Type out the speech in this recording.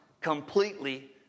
completely